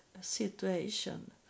situation